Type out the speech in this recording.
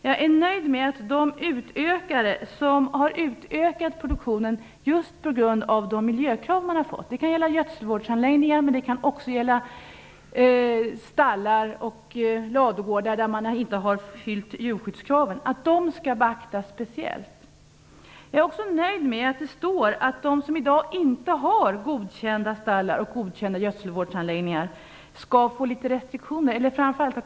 Jag är nöjd med att de som har utökat produktionen på grund av miljökrav - det kan gälla gödselvårdsanläggningar men även stallar och ladugårdar där man inte har uppfyllt djurskyddskraven - skall beaktas speciellt. Jag är också nöjd med att det står att de som i dag inte har godkända stallar och gödselvårdsanläggningar skall få litet restriktioner.